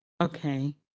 okay